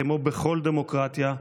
כמו בכל דמוקרטיה,